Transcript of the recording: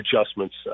adjustments